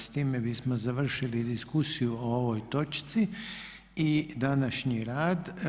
Evo s time bismo završili diskusiju o ovoj točci i današnji rad.